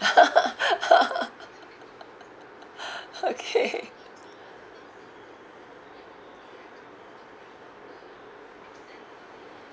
okay